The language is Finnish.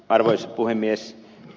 arvoisa puhemies